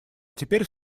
теперь